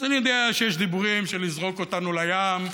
אז אני יודע שיש דיבורים של לזרוק אותנו לים,